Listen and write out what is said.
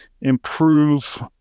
improve